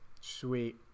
Sweet